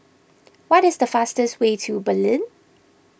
what is the fastest way to Berlin